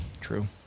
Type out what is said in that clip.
True